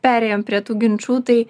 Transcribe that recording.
perėjom prie tų ginčių tai